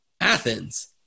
Athens